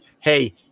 hey